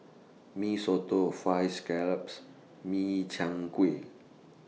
Mee Soto Fried Scallop Min Chiang Kueh